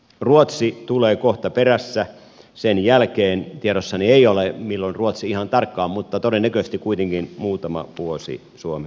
ruotsi tulee kohta perässä sen jälkeen tiedossani ei ole milloin ihan tarkasti mutta todennäköisesti kuitenkin muutama vuosi suomen jälkeen